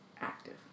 active